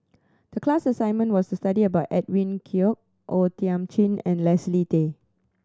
the class assignment was to study about Edwin Koek O Thiam Chin and Leslie Tay